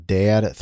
dad